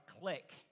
click